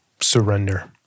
Surrender